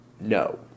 no